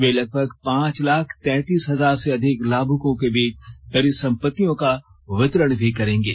वे लगभग पांच लाख तैंतीस हजार से अधिक लाभुकों के बीच परिसंपत्तियों का वितरण करेंगे